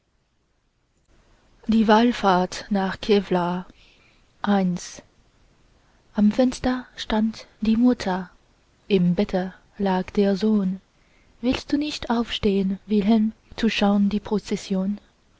die wallfahrt nach kevlaar am fenster stand die mutter im bette lag der sohn willst du nicht aufstehn wilhelm zu schaun die prozession